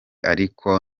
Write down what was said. ariko